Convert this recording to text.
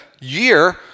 year